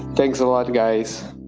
thanks a lot, guys